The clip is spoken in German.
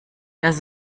dass